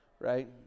right